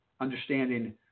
understanding